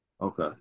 Okay